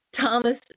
Thomas